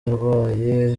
yarwaye